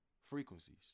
Frequencies